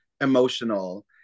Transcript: emotional